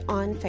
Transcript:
on